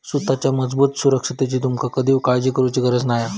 सुताच्या मजबूत सुरक्षिततेची तुमका कधीव काळजी करुची गरज नाय हा